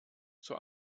zur